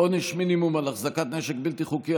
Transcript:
עונש מינימום על החזקת נשק בלתי חוקי),